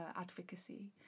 advocacy